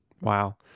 wow